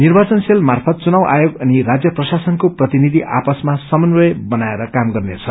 निर्वाचन सेल मार्फत घुनाव आयोग अनि राज्य प्रशासनको प्रतिनिधि आपसमा समन्वय बनाएर काम गत्रेछ